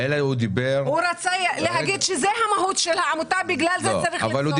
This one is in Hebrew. הוא רצה להגיד שזו המהות של העמותה ולכן צריך לפסול אותה.